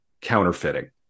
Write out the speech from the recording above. counterfeiting